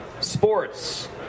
sports